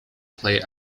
play